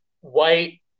white